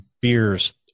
beers